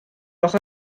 ochr